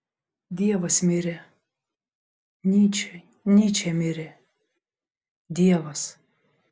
dievas mirė nyčė nyčė mirė dievas